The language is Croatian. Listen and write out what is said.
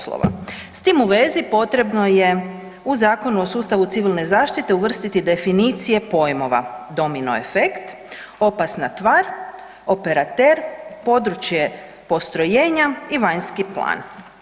S tim u vezi potrebno je u Zakonu o sustavu civilne zaštite uvrstiti definicije pojmova, domino efekt, opasna tvar, operater, područje postrojenja i vanjski plan.